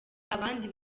abandi